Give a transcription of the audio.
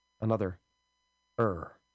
another-er